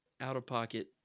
out-of-pocket